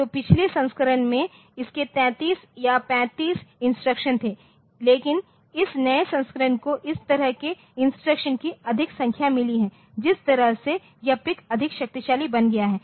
तो पिछले संस्करणों में इसके 33 या 35 इंस्ट्रक्शन थे लेकिन इस नए संस्करण को इस तरह के इंस्ट्रक्शनकी अधिक संख्या मिली है जिस तरह से यह PIC अधिक शक्तिशाली बन गया है